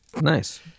Nice